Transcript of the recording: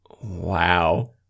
Wow